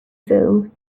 zoom